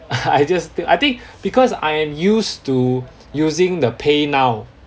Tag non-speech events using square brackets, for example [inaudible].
[laughs] I just think I think because I am used to using the paynow